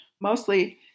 Mostly